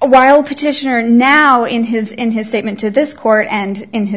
while petitioner now in his in his statement to this court and in his